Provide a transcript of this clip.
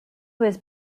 was